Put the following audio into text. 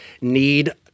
need